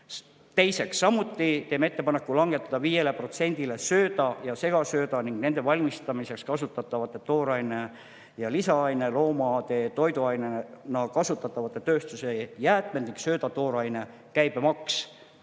Teiseks teeme ettepaneku langetada 5%-le sööda ja segasööda ning nende valmistamiseks kasutatavate tooraine ja lisaaine, loomade toiduainena kasutatavate tööstuse jäätmete ning sööda tooraine käibemaks,